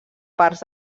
parts